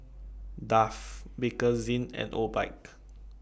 Dove Bakerzin and Obike